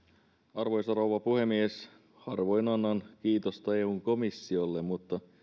arvoisa rouva puhemies harvoin annan kiitosta eun komissiolle mutta